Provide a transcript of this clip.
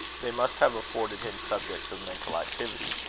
they must have afforded him subjects of mental activity.